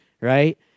right